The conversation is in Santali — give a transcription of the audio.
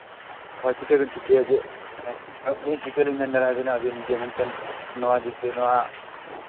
ᱦᱳᱭ ᱪᱤᱠᱟᱹ ᱵᱮᱱ ᱴᱷᱤᱠᱟᱹᱭᱟ ᱡᱮ ᱟᱹᱞᱤᱧ ᱪᱤᱠᱤᱟᱹᱞᱤᱧ ᱢᱮᱱ ᱫᱟᱲᱮᱭᱟᱵᱮᱱᱟ ᱡᱮ ᱢᱮᱱᱛᱮ ᱱᱚᱣᱟ ᱡᱮᱛᱮᱱᱟᱜ